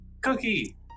cookie